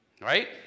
right